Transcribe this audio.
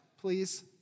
please